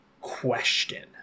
question